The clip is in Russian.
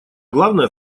главное